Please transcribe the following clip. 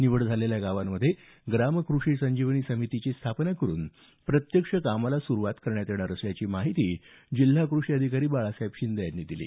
निवड झालेल्या गावांमध्ये ग्राम कृषी संजीवनी समितीची स्थापना करून प्रत्यक्ष कामास सुरुवात करण्यात येणार असल्याची माहिती जिल्हा कृषी अधिकारी बाळासाहेब शिंदे यांनी दिली